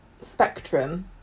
spectrum